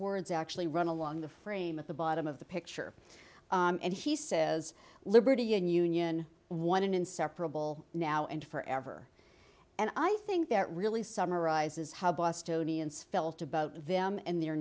words actually run along the frame at the bottom of the picture and he says liberty in union one an inseparable now and forever and i think that really summarizes how bostonian svelt about them and their